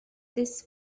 this